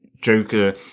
Joker